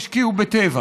השקיעו בטבע.